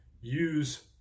use